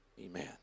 Amen